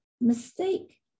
Mistake